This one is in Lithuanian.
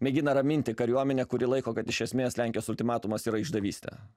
mėgina raminti kariuomenę kuri laiko kad iš esmės lenkijos ultimatumas yra išdavystė